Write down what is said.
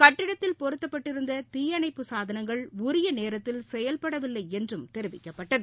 கட்டிடத்தில் பொருத்தப்பட்டிருந்த தீயணைப்பு சாதனங்கள் உரிய நேரத்தில் செயல்படவில்லை என்றும் தெரிவிக்கப்பட்டது